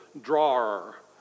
drawer